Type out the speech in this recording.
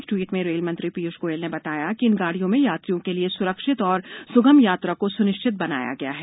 एक ट्वीट में रेल मंत्री पीयूष गोयल ने बताया कि इन गाडियों में यात्रियों के लिए स्रक्षित और स्गम यात्रा को स्निश्चित बनाया गया है